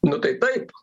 nu tai taip